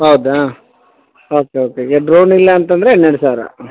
ಹೌದಾ okay okay ಈಗ drone ಇಲ್ಲ ಅಂತಂದ್ರೆ ಹನ್ನೆರಡು ಸಾವಿರ